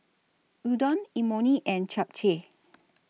Udon Imoni and Japchae